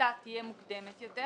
תחילתה תהיה מוקדמת יותר,